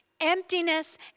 emptiness